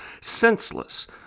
senseless